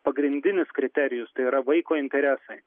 pagrindinis kriterijus tai yra vaiko interesai